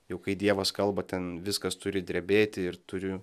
jau kai dievas kalba ten viskas turi drebėti ir turiu